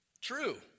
True